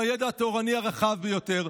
עם הידע התורני הרחב ביותר.